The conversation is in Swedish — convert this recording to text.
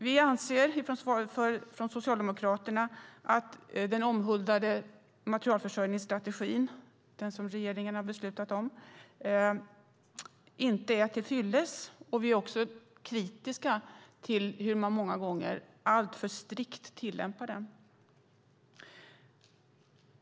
Vi anser från Socialdemokraterna att den omhuldade materielförsörjningsstrategin som regeringen har beslutat om inte är till fyllest. Vi är också kritiska till hur man många gånger alltför strikt tillämpar den.